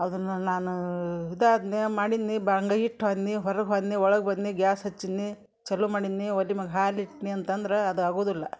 ಅದನ್ನ ನಾನು ಹುದಾದ್ನ್ಯಾ ಮಾಡೀನಿ ಬಾಂಗ ಇಟ್ಟು ಹೋದ್ನಿ ಹೊರಗೆ ಹೋದ್ನಿ ಒಳ ಬಂದ್ನಿ ಗ್ಯಾಸ್ ಹಚ್ಚಿನಿ ಚಾಲು ಮಾಡಿನಿ ಒಲೆ ಮ್ಯಾಲ್ ಹಾಲಿಟ್ನಿ ಅಂತಂದ್ರೆ ಅದು ಆಗುದಿಲ್ಲ